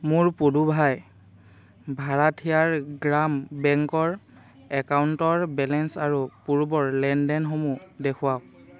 মোৰ পুডুভাই ভাৰাঠিয়াৰ গ্ৰাম বেংকৰ একাউণ্টৰ বেলেঞ্চ আৰু পূৰ্বৰ লেনদেনসমূহ দেখুৱাওক